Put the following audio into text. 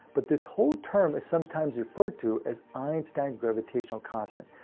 but this whole term is sometimes referred to as einstein's gravitational constant.